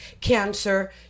cancer